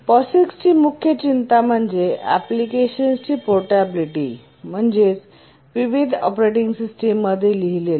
POSIXची मुख्य चिंता म्हणजे अँप्लिकेशन्सची पोर्टेबिलिटी म्हणजेच विविध ऑपरेटिंग सिस्टममध्ये लिहिलेले